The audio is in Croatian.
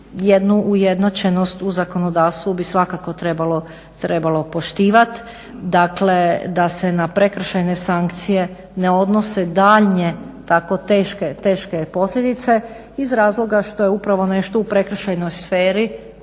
i ujednačenost u zakonodavstvu bi svakako trebalo poštivat, dakle da se na prekršajne sankcije ne odnose daljnje tako teške posljedice iz razloga što je upravo nešto u prekršajnoj sferi